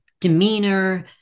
demeanor